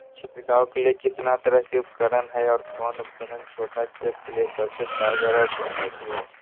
छिड़काव के लिए कितना तरह के उपकरण है और कौन उपकरण छोटा खेत के लिए सबसे कारगर और किफायती है?